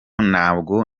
ntabwo